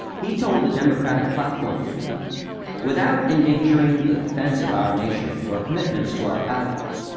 he told the democratic platform committee without endangering the defence of our nation or commitments to our allies,